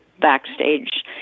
backstage